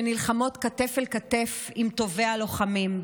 שנלחמות כתף אל כתף עם טובי הלוחמים,